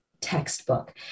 textbook